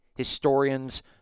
historians